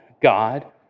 god